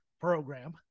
program